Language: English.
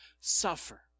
suffer